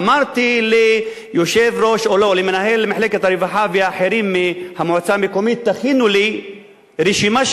אמרתי למנהל מחלקת הרווחה ואחרים מהמועצה המקומית: תכינו לי רשימה,